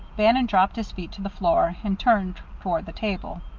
bannon dropped his feet to the floor, and turned toward the table.